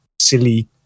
silly